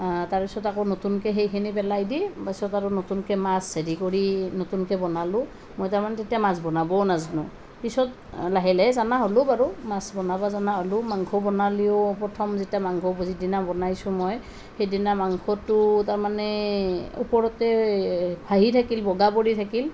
তাৰ পাছত আকৌ নতুনকৈ সেইখিনি পেলাই দি পাছত আৰু নতুনকৈ মাছ হেৰি কৰি নতুনকৈ বনালোঁ মই তাৰমানে তেতিয়া মাছ বনাবও নাজানো পিছত লাহে লাহে জনা হ'লোঁ বাৰু মাছ বনাব জনা হ'লোঁ মাংস বনালেও প্ৰথম যেতিয়া মাংস যিদিনা বনাইছোঁ মই সেইদিনা মাংসটো তাৰমানে ওপৰতে ভাঁহি থাকিল বগা পৰি থাকিল